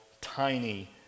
tiny